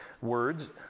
words